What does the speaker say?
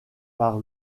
par